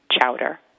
chowder